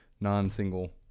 non-single